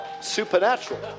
Supernatural